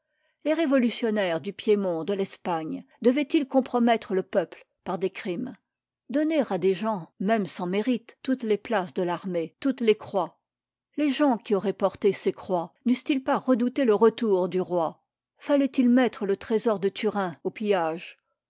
les révolutionnaires du piémont de l'espagne devaient-ils compromettre le peuple par des crimes donner à des gens même sans mérite toutes les places de l'armée toutes les croix les gens qui auraient porté ces croix n'eussent-ils pas redouté le retour du roi fallait-il mettre le trésor de turin au pillage